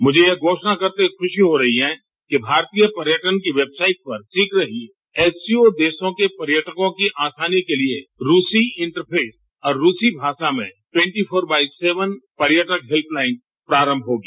मुझे यह घोषणा करते हुए खुशी हो रही है कि भारतीय पर्यटन की वेबसाइट पर शीघ ही एससीओ देशों के पर्यटकों की आसानी के लिए रूसी इंटरफेज और रूसी भाषा में ट्वेंटी फोर बाई सेवन पर्यटक हेल्प लाइन प्रारंभ होगी